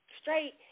straight